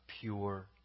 pure